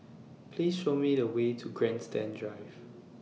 Please Show Me The Way to Grandstand Drive